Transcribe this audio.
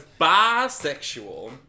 Bisexual